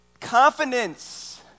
confidence